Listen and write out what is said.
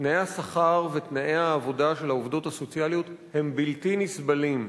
תנאי השכר ותנאי העבודה של העובדות הסוציאליות הם בלתי נסבלים.